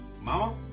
Mama